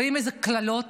ועם קללות,